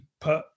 put